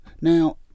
now